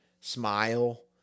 smile